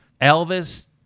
Elvis